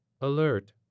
alert